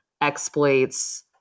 exploits